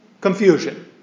confusion